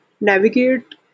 navigate